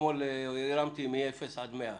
אתמול הרמתי מ-0 עד 100,